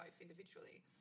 individually